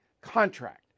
contract